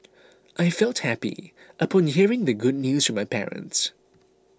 I felt happy upon hearing the good news from my parents